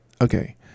Okay